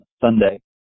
Sunday